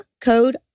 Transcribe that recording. code